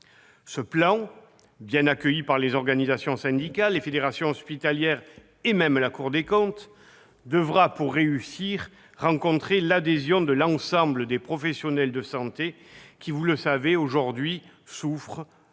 ce plan, bien accueilli par les organisations syndicales, les fédérations hospitalières et même la Cour des comptes, devra rencontrer l'adhésion de l'ensemble des professionnels de santé, qui, vous le savez, souffrent dans